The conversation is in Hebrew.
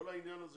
כל העניין הזה